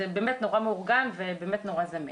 זה באמת נורא מאורגן ובאמת נורא זמין.